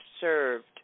served